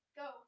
go